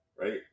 right